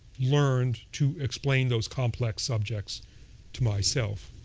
learned to explain those complex subjects to myself.